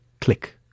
click